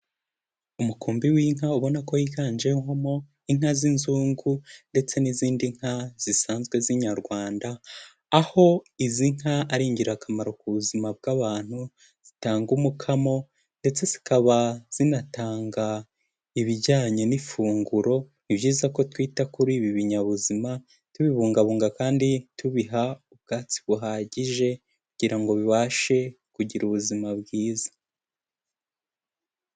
Umukumbi w'inka, ubona ko wiganjemo inka z'inzungu, ndetse n'izindi nka zisanzwe z'inyarwanda, aho izi nka ari ingirakamaro ku buzima bw'abantu, zitanga umukamo, ndetse zikaba zinatanga ibijyanye n'ifunguro, ni byiza ko twita kuri ibi binyabuzima, tubibungabunga kandi tubiha ubwatsi buhagije, kugira ngo bibashe kugira ubuzima bwiza.